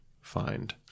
find